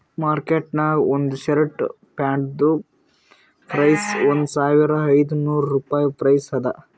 market ನಾಗ್ ಒಂದ್ shirt ಪ್ಯಾಂಟ್ದು ಪ್ರೈಸ್ ಒಂದ್ ಸಾವಿರದ ಐದ ನೋರ್ ರುಪಾಯಿ ಪ್ರೈಸ್ ಅದಾ